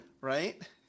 right